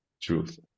truth